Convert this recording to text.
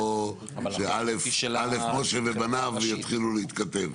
ופה משה ובניו יתחילו להתכתב.